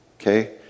Okay